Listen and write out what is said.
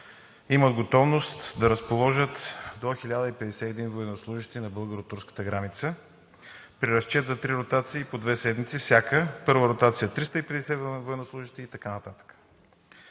имат готовност да разположат до 1051 военнослужещи на българо-турската граница при разчет за три ротации по две седмици всяка – първа ротация 350 военнослужещи и така